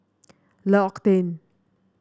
L'Occitane